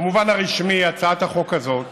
במובן הרשמי, הצעת החוק הזאת